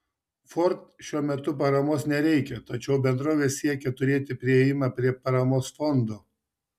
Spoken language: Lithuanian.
ford šiuo metu paramos nereikia tačiau bendrovė siekia turėti priėjimą prie paramos fondo